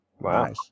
Wow